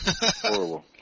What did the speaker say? Horrible